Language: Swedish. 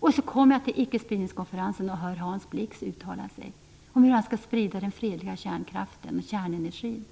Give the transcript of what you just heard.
Och så kommer jag till icke-spridningskonferensen och hör Hans Blix uttala sig om hur han skall sprida den fredliga kärnkraften och kärnenergin.